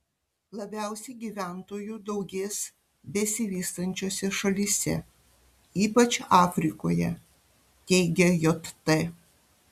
labiausiai gyventojų daugės besivystančiose šalyse ypač afrikoje teigia jt